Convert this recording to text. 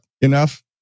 enough